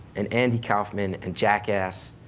and andy kauffman, and jackass,